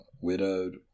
widowed